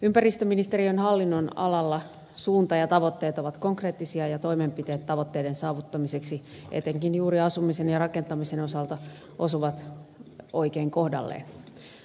ympäristöministeriön hallinnonalalla suunta ja tavoitteet ovat konkreettisia ja toimenpiteet tavoitteiden saavuttamiseksi etenkin juuri asumisen ja rakentamisen osalta osuvat oikein kohdalleen